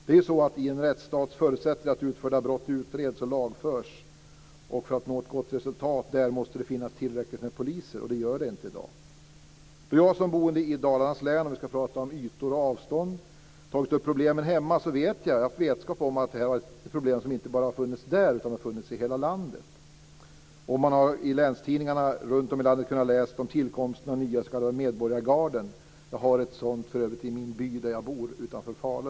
Det är ju så att i en rättsstat förutsätts det att utförda brott utreds och lagförs. För att nå ett gott resultat måste det finnas tillräckligt med poliser, och det gör det inte i dag. Om vi ska prata om ytor och avstånd så har ju jag som boende i Dalarnas län tagit upp problemen hemma. Men jag vet att det här är problem som inte bara har funnits där utan i hela landet. I länstidningarna runt om i landet har man ju kunnat läsa om tillkomsten av nya s.k. medborgargarden. Jag har för övrigt ett sådant i den by där jag bor utanför Falun.